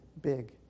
big